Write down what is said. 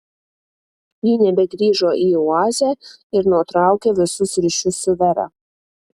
ji nebegrįžo į oazę ir nutraukė visus ryšius su vera